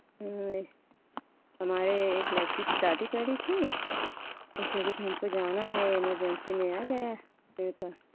हमारे एक लड़की की दादी कह रही थी उस जगह पे हमको जाना है इमरजेंसी में आ गया मेरे पास